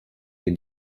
you